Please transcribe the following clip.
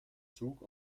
zug